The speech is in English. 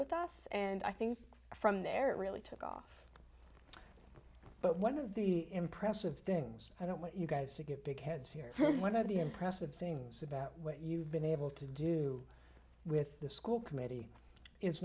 with us and i think from there it really took off but one of the impressive things i don't want you guys to get because here one of the impressive things about what you've been able to do with the school committee is